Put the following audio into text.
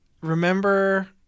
Remember